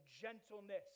gentleness